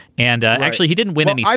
and actually he didn't win any. yeah